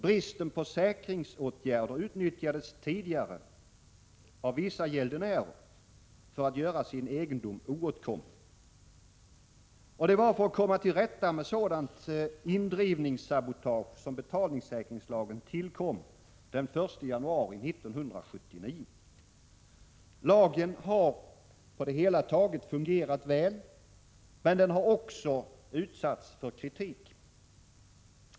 Bristen på säkringsåtgärder utnyttjades tidigare av vissa gäldenärer för att göra sin egendom oåtkomlig. Det var för att komma till rätta med sådant indrivningssabotage som betalningssäkringslagen tillkom den 1 januari 1979. Lagen har på det hela taget fungerat väl, men den har också utsatts för kritik.